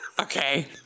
Okay